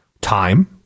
Time